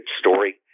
story